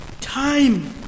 time